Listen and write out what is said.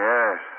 Yes